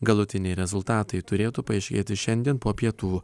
galutiniai rezultatai turėtų paaiškėti šiandien po pietų